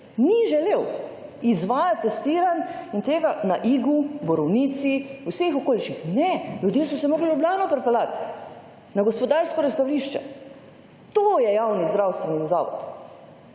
ni želel izvajati testiranj in tega na Igu, Borovnici, vseh okoliških. Ljudje so se morali v Ljubljano pripeljati na gospodarsko razstavišče. To je javni zdravstveni zavod.